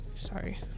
sorry